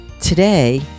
Today